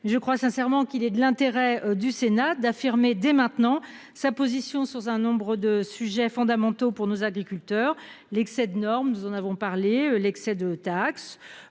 je crois sincèrement qu'il est de l'intérêt du Sénat d'affirmer dès maintenant sa position sur un nombre de sujets fondamentaux pour nos agriculteurs l'excès de norme. Nous en avons parlé, l'excès de taxes.